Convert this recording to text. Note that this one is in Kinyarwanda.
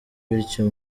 bityo